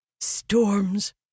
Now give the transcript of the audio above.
Storms